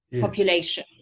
population